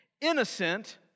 Innocent